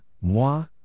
moi